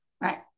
right